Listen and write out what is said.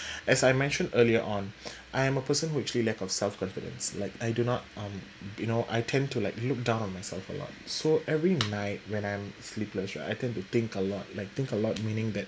as I mentioned earlier on I am a person who actually lack of self confidence like I do not um you know I tend to like look down on myself a lot so every night when I'm sleepless right I tend to think a lot like think a lot meaning that